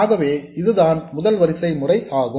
ஆகவே இதுதான் முதல் வரிசை முறை ஆகும்